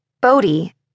Bodhi